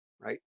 right